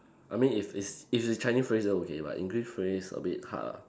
I mean if it's it's a Chinese phrase then okay but English phrase a bit hard lah